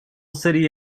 city